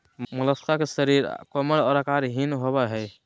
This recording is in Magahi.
मोलस्का के शरीर कोमल और आकारहीन होबय हइ